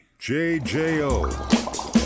JJO